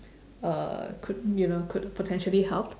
uh could you know could potentially help